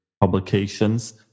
publications